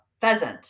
pheasant